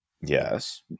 Yes